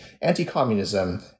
anti-communism